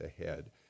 ahead